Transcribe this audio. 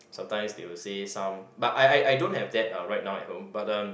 sometimes they will say some but I I I don't have that uh right now at home but uh